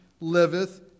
liveth